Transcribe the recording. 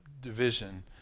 division